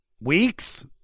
Weeks